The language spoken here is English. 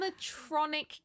animatronic